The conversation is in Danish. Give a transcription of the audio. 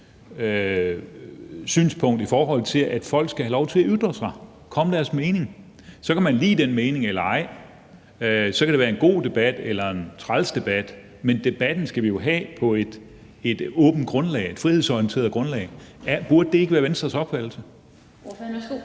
synspunkt, i forhold til at folk skal have lov til at ytre sig og komme med deres mening? Så kan man lide den mening eller ej, og så kan det være en god debat eller en træls debat, men debatten skal vi jo have på et åbent grundlag, et frihedsorienteret grundlag. Burde det ikke være Venstres opfattelse? Kl.